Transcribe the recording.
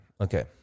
Okay